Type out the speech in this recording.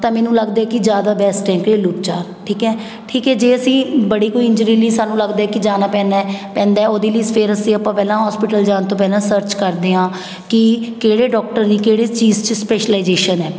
ਤਾਂ ਮੈਨੂੰ ਲੱਗਦਾ ਹੈ ਕਿ ਜਿਆਦਾ ਬੈਸਟ ਹੈ ਘਰੇਲੂ ਉਪਚਾਰ ਠੀਕ ਹੈ ਠੀਕ ਹੈ ਜੇ ਅਸੀਂ ਬੜੀ ਕੋਈ ਇੰਜ਼ਰੀ ਲਈ ਸਾਨੂੰ ਲੱਗਦਾ ਹੈ ਕਿ ਜਾਣਾ ਪੈਣਾ ਹੈ ਪੈਂਦਾ ਹੈ ਉਹਦੇ ਲਈ ਫਿਰ ਅਸੀਂ ਆਪਾਂ ਪਹਿਲਾਂ ਹੋਸਪਿਟਲ ਜਾਣ ਤੋਂ ਪਹਿਲਾਂ ਸਰਚ ਕਰਦੇ ਹਾਂ ਕਿ ਕਿਹੜੇ ਡੋਕਟਰ ਲਈ ਕਿਹੜੇ ਚੀਜ਼ 'ਚ ਸਪੈਸ਼ਲਾਈਜੇਸ਼ਨ ਹੈ